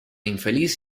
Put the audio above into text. infeliz